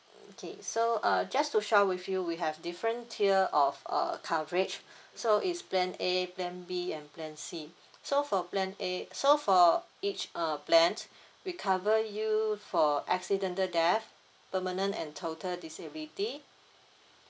mm okay so uh just to share with you we have different tier of err coverage so it's plan A plan B and plan C so for plan A so for each uh plan we cover you for accidental death permanent and total disability